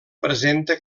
presenta